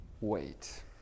wait